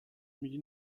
میگی